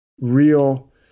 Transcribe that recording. real